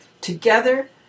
Together